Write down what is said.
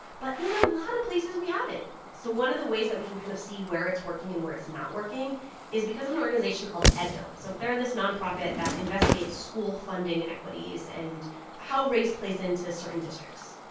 but in a lot of places, we haven't so one of the ways that we can kind of see where it's working and where it's not working is because of an organization called edbuild. so they're this nonprofit that investigates school funding inequities and how race plays into certain districts.